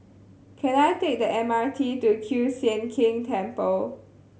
can I take the M R T to Kiew Sian King Temple